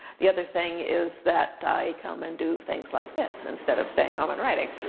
the other thing is that i come and do things like this instead of staying home and writing.